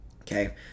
Okay